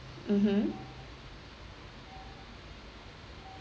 mmhmm